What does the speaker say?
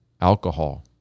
alcohol